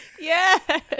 Yes